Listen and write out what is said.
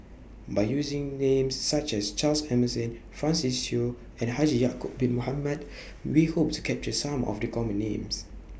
By using Names such as Charles Emmerson Francis Seow and Haji Ya'Acob Bin Mohamed We Hope to capture Some of The Common Names